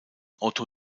otto